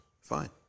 Fine